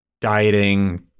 dieting